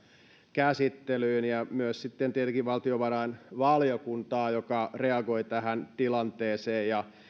käsittelyyn ja sitten tietenkin myös valtiovarainvaliokuntaa joka reagoi tähän tilanteeseen ja